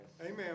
Amen